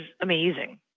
amazing